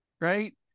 Right